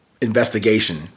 investigation